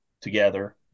together